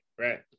right